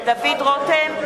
(קוראת בשמות חברי הכנסת) דוד רותם,